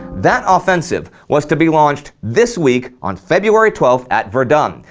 that offensive was to be launched this week on february twelfth at verdun,